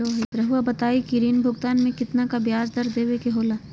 रहुआ बताइं कि ऋण भुगतान में कितना का ब्याज दर देवें के होला?